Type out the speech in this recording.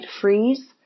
freeze